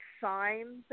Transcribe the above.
signs